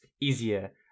easier